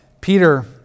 Peter